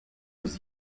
was